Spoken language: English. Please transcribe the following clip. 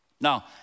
Now